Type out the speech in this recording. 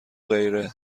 غیره